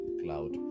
cloud